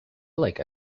like